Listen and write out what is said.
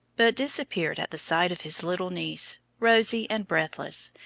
but disappeared at the sight of his little niece, rosy and breathless,